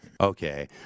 Okay